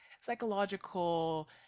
psychological